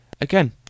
again